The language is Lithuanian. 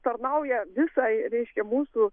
tarnauja visai reiškia mūsų